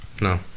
No